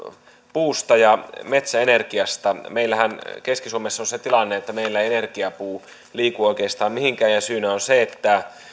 puusta ja metsäenergiasta meillähän keski suomessa on se tilanne että meillä ei energiapuu liiku oikeastaan mihinkään ja syynä on se että